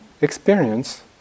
experience